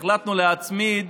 החלטנו להצמיד